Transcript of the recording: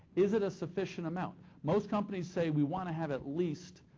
is it a sufficient amount? most companies say, we want to have at least,